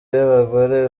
y’abagore